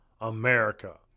America